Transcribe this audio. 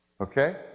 okay